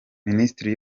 minisiteri